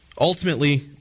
Ultimately